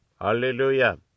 Hallelujah